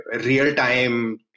real-time